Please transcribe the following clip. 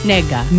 Nega